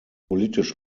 politisch